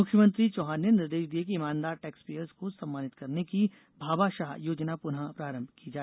मुख्यमंत्री चौहान ने निर्देश दिए कि ईमानदार टैक्स पेयर्स को सम्मानित करने की भामाशाह योजना प्रनः प्रारंभ की जाए